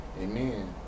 Amen